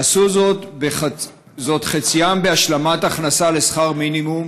ועשו זאת חציים בהשלמת הכנסה לשכר מינימום